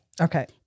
Okay